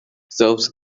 serves